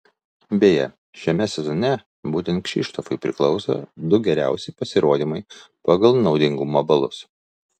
beje šiame sezone būtent kšištofui priklauso du geriausi pasirodymai pagal naudingumo balus